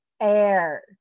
air